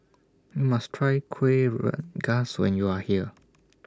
YOU must Try Kueh Rengas when YOU Are here